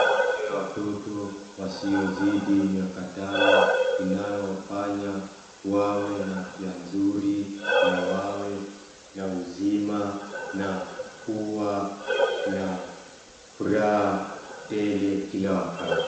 Chanjo ya watoto wasiozidi miaka tano inayowafanya wawe na afya nzuri na wawe na uzima na kuwa na furaha tele kila wakati.